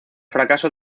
fracaso